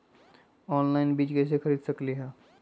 Online बीज कईसे खरीद सकली ह?